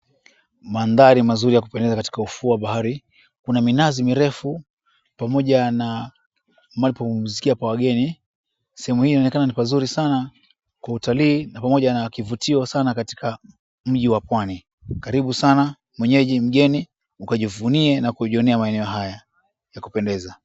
Mandhari mazuri ya kupendeza katika ufuo wa bahari. Kuna minazi mirefu pamoja na mahali pa kupumzikia kwa wageni. Sehemu hiyo inaonekana ni pazuri sana kwa utalii pamoja na kivutio sana katika mji wa pwani. Karibu sana, mwenyeji, mgeni ukajivunie na kujionea maeneo haya ya kupendeza.